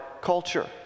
culture